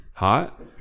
hot